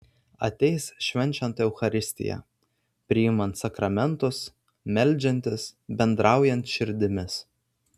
ateis švenčiant eucharistiją priimant sakramentus meldžiantis bendraujant širdimis